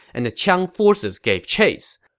and the qiang forces gave chase.